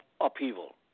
upheaval